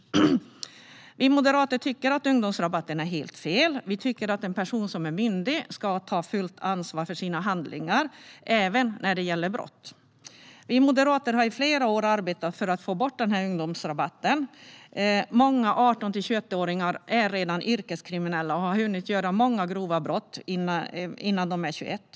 Vi moderater tycker att ungdomsrabatten är helt fel. Vi tycker att en person som är myndig ska ta fullt ansvar för sina handlingar även när det gäller brott. Vi moderater har i flera år arbetat för att få bort denna ungdomsrabatt. Många 18-21-åringar är redan yrkeskriminella och har hunnit begå många grova brott innan de blir 21.